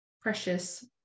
precious